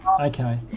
okay